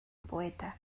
poeta